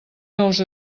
nous